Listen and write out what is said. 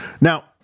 Now